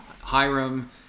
Hiram